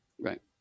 Right